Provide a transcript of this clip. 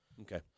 Okay